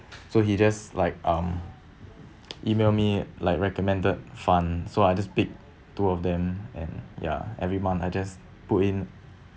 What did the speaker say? so he just like um email me like recommended funds so I just pick two of them and ya every month I just put in